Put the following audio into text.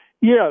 Yes